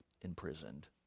imprisoned